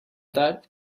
that